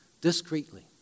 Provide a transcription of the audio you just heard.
discreetly